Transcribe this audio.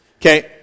Okay